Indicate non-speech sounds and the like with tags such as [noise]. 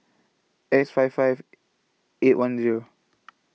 X five five eight one Zero [noise]